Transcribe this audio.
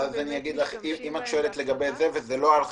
כמה באמת משתמשים בזה?